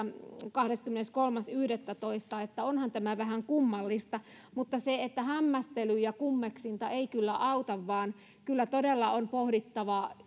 kahdeskymmeneskolmas yhdettätoista että onhan tämä vähän kummallista mutta hämmästely ja kummeksunta eivät kyllä auta vaan kyllä todella on pohdittava